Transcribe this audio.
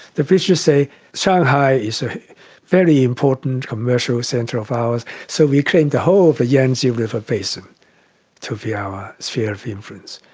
the british say shanghai is a very important commercial centre of ours, so we claim the whole of the yangtze river basin to be yeah our sphere of influence.